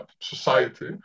society